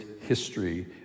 history